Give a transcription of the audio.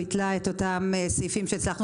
ביטלה את אותם סעיפים שהצלחנו להכניס בחוק.